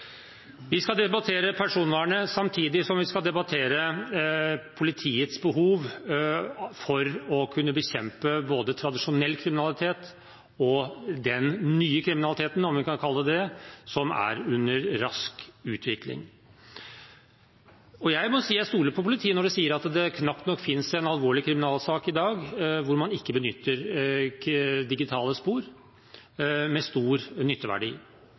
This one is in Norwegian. Vi skal debattere personvernet samtidig som vi skal debattere politiets behov for å kunne bekjempe både tradisjonell kriminalitet og den nye kriminaliteten – om vi kan kalle den det – som er under rask utvikling. Jeg må si jeg stoler på politiet når de sier at det knapt nok finnes en alvorlig kriminalsak i dag hvor man ikke benytter digitale spor med stor nytteverdi.